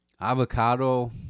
avocado